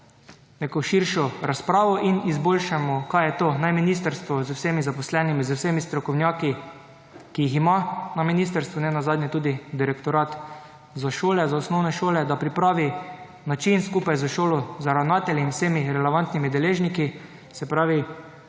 neko širšo razpravo in izboljšamo kaj je to, naj ministrstvo z vsemi zaposlenimi, z vsemi strokovnjaki, ki jih ima na ministrstvu, nenazadnje tudi direktorat za šole, za osnovne šole, da pripravi način skupaj s šolo za ravnatelje in vsemi relevantnimi deležniki, se pravi,